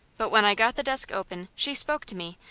but when i got the desk open she spoke to me,